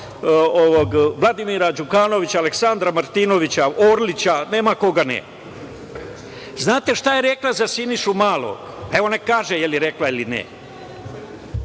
Vladimira Đukanovića, Aleksandra Martinovića, Orlića, nema koga ne. Znate šta je rekla za Sinišu Malog? Evo, neka kaže da li je rekla ili ne?